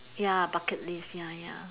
ya bucket list ya ya